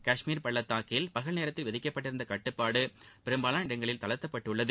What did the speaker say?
காஷ்மீர் பள்ளதாக்கில் பகல் நேரத்தில் விதிக்கப்பட்டிருந்த கட்டுப்பாடுகள் பெரும்பாலாள இடங்களில் தளர்த்தப்பட்டுள்ளது